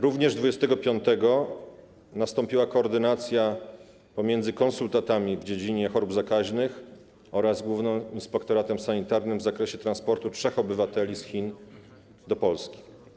Również 25 stycznia nastąpiła koordynacja pomiędzy konsultantami w dziedzinie chorób zakaźnych oraz Głównym Inspektoratem Sanitarnym w zakresie transportu trzech obywateli z Chin do Polski.